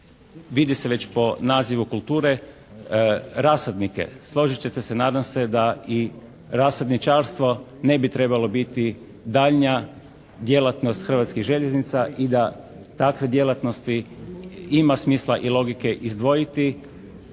vidi se već po nazivu kulture rasadnike. Složit ćete se nadam se da i rasadničarstvo ne bi trebalo biti daljnja djelatnost Hrvatskih željeznica i da takve djelatnosti ima smisla i logike izdvojiti